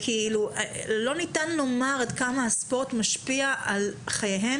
לא ניתן לומר עד כמה הספורט משפיע על חייהם